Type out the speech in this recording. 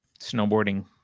Snowboarding